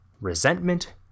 resentment